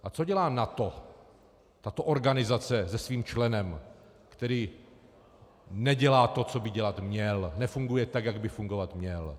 A co dělá NATO, tato organizace se svým členem, který nedělá to, co by dělat měl, nefunguje tak, jak by fungovat měl?